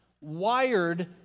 wired